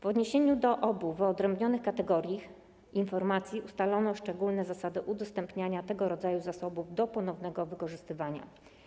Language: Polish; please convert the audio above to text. W odniesieniu do obu wyodrębnionych kategorii informacji ustalano szczególne zasady udostępniania tego rodzaju zasobów do ponownego wykorzystywania.